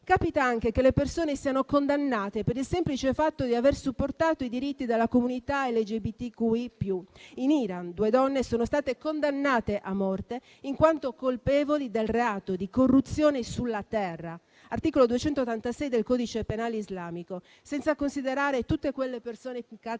Capita anche che le persone siano condannate per il semplice fatto di aver supportato i diritti della comunità LGBTQIA+. In Iran, due donne sono state condannate a morte in quanto colpevoli del reato di corruzione sulla terra, ai sensi dell'articolo 286 del codice penale islamico. Senza considerare tutte quelle persone impiccate